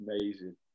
amazing